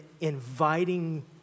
inviting